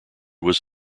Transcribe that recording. was